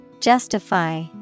Justify